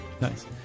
nice